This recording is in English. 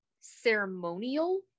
ceremonial